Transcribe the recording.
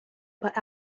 about